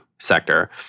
sector